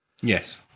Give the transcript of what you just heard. Yes